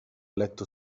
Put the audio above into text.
letto